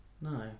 No